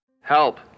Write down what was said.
Help